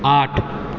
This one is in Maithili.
आठ